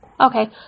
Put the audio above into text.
Okay